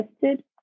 tested